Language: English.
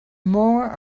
more